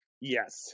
Yes